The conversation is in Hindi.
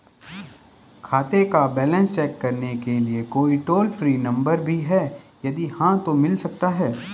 खाते का बैलेंस चेक करने के लिए कोई टॉल फ्री नम्बर भी है यदि हाँ तो मिल सकता है?